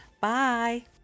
bye